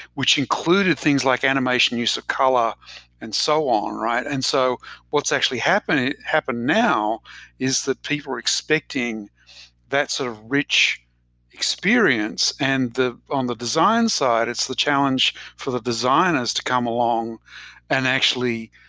which included things like animation, use of color and so on, right? and so what's actually happened happened now is that people are expecting that's a rich experience. and on the design side, it's the challenge for the designers to come along and actually